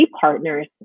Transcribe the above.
partners